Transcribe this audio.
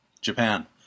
Japan